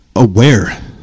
Aware